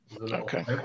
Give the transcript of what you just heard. okay